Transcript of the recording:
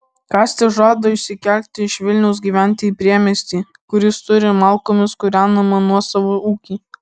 kastis žada išsikelti iš vilniaus gyventi į priemiestį kur jis turi malkomis kūrenamą nuosavą ūkį